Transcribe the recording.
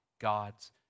God's